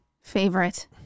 favorite